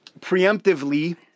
preemptively